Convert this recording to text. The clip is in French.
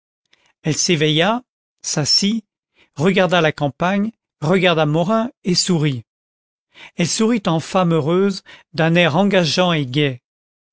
s'assit regarda la campagne regarda morin et sourit elle sourit en femme heureuse d'un air engageant et gai